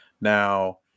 Now